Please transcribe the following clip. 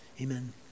amen